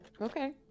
Okay